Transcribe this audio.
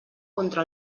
contra